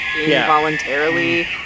involuntarily